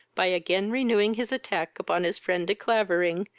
by again renewing his attack upon his friend de clavering,